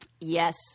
Yes